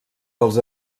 dels